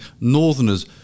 Northerners